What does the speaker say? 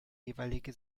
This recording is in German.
jeweilige